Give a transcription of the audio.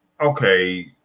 okay